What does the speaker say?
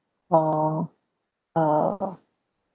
or uh